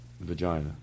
Vagina